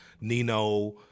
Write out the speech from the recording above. nino